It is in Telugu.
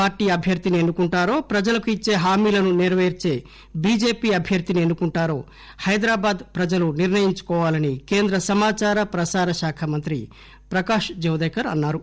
పార్టీ అభ్యర్థిని ఎన్ను కుంటారో ప్రజలకు ఇచ్చే హామీలను నెరవేర్చే బిజెపి అభ్యర్థిని ఎన్ను కుంటారో హైదరాబాద్ ప్రజలు నిర్ణయించుకోవాలని కేంద్ర సమాచార ప్రసార శాఖా మంత్రి ప్రకాశ్ జవడేకర్ అన్నారు